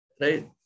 Right